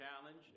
challenge